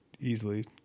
easily